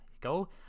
go